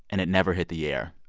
and it never hit the air.